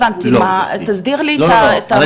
תסביר לי את זה.